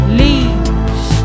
leaves